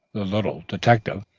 the little detective,